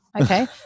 Okay